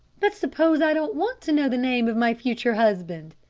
but suppose i don't want to know the name of my future husband?